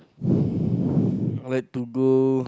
I like to go